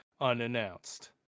unannounced